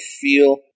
feel